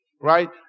right